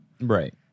Right